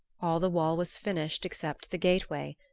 all the wall was finished except the gateway.